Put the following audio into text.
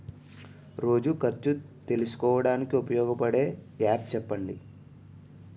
రోజు ఖర్చు తెలుసుకోవడానికి ఉపయోగపడే యాప్ చెప్పండీ?